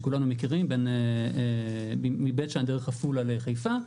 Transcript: שכולנו מכירים מבית שאן דרך עפולה לחיפה,